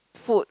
food